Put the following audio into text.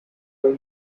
were